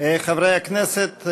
חברי הכנסת,